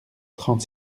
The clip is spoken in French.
trente